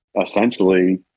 essentially